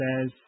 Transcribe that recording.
says